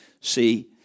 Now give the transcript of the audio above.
See